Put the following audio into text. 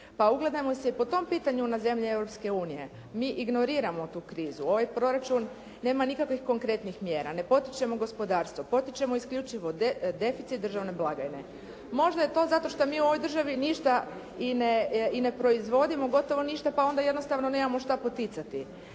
Pa ugledajmo se i po tom pitanju na zemlje Europske unije. Mi ignorirano tu krizu, ovaj proračun nema nikakvih konkretnih mjera, ne potičemo gospodarstvo, potičemo isključivo deficit državne blagajne. Možda je to zato što mi u ovoj državi ništa i ne proizvodimo, gotovo ništa, pa onda jednostavno nemamo što poticati